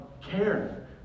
care